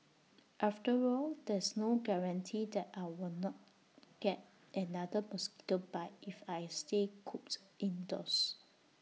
after all there's no guarantee that I will not get another mosquito bite if I stay cooped indoors